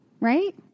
Right